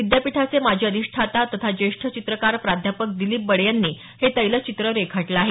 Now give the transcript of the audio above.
विद्यापीठाचे माजी अधिष्ठाता तथा ज्येष्ठ चित्रकार प्राध्यापक दिलीप बडे यांनी हे तैलचित्र रेखाटलं आहे